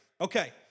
Okay